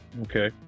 Okay